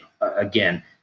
again